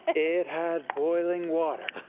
it had boiling water.